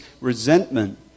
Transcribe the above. resentment